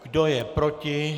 Kdo je proti?